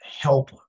help